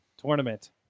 tournament